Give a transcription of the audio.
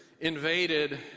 invaded